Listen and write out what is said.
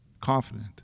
confident